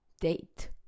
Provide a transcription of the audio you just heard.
date